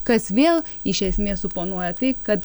kas vėl iš esmė suponuoja tai kad